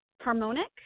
harmonic